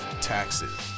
taxes